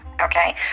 okay